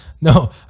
No